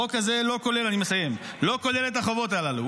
החוק הזה לא כולל את החובות הללו,